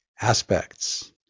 Aspects